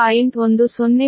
10 p